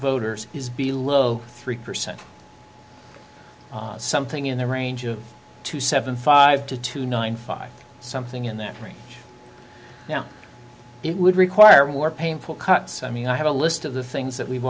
voters is below three percent something in the range of two seven five to two nine five something in there right now it would require more painful cuts i mean i have a list of the things that we've